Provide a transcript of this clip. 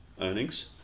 earnings